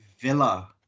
Villa